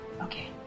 Okay